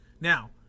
Now